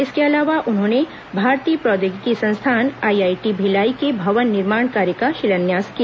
इसके अलावा उन्होंने भारतीय प्रौद्योगिकी संस्थान आईआईटी भिलाई के भवन निर्माण कार्य का शिलान्यास किया